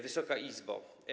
Wysoka Izbo!